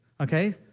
okay